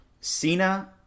cena